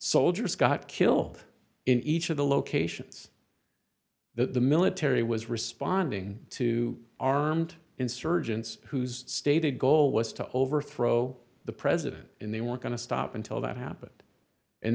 soldiers got killed in each of the locations that the military was responding to armed insurgents whose stated goal was to overthrow the president in they weren't going to stop until that happened and